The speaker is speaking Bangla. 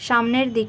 সামনের দিক